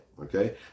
Okay